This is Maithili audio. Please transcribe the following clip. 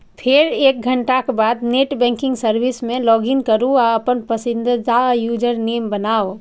फेर एक घंटाक बाद नेट बैंकिंग सर्विस मे लॉगइन करू आ अपन पसंदीदा यूजरनेम बनाउ